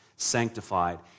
sanctified